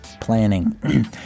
planning